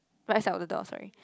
right side of the door sorry